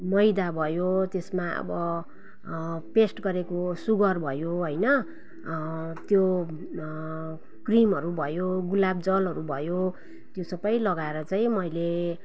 मैदा भयो त्यसमा अब पेस्ट गरेको सुगर भयो होइन त्यो क्रिमहरू भयो गुलाबजलहरू भयो त्यो सबै लगाएर चाहिँ मैले